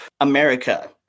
America